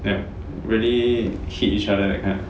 like really hit each other that kind ah